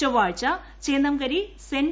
ചൊവ്വാഴ്ച ചേന്നംകരി സെന്റ്